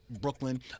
brooklyn